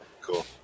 Cool